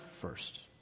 first